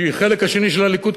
שהיא חלק שני של הליכוד,